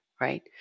right